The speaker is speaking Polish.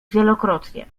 wielokrotnie